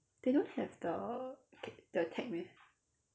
they don't have the the tech meh